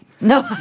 No